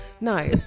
No